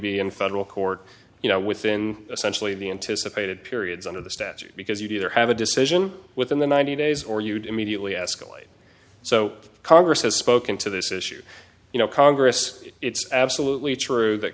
be in federal court you know within essentially the anticipated periods under the statute because you'd either have a decision within the ninety days or you'd immediately escalate so congress has spoken to this issue you know congress it's absolutely true that